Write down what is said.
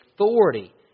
authority